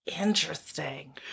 Interesting